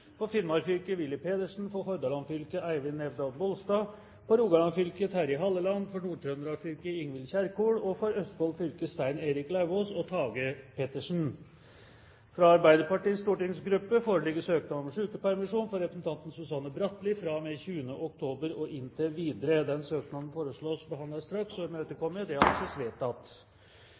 For Finnmark fylke: Willy Pedersen For Hordaland fylke: Eivind Nævdal-Bolstad For Rogaland fylke: Terje Halleland For Nord-Trøndelag fylke: Ingvild Kjerkol For Østfold fylke: Stein Erik Lauvås og Tage Pettersen Fra Arbeiderpartiets stortingsgruppe foreligger søknad om sykepermisjon for representanten Susanne Bratli fra og med 20. oktober og inntil videre. Etter forslag fra presidenten ble enstemmig besluttet: Søknaden behandles straks